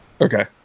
Okay